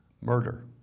Murder